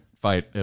fight